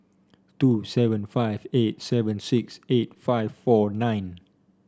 two seven five eight seven six eight five four nine